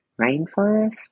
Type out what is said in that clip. rainforest